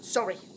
Sorry